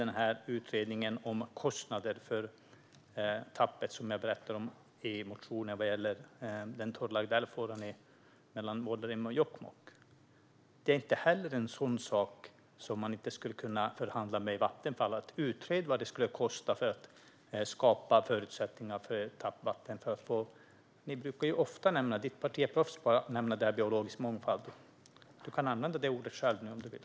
En utredning om kostnaderna för att skapa förutsättningar för att tappa vatten i den torrlagda älvfåran mellan Vuollerim och Jokkmokk, som tas upp i vår motion, är inte heller något som man inte skulle kunna förhandla med Vattenfall om. Ditt parti brukar ofta nämna biologisk mångfald. Du kan använda det ordet nu om du vill.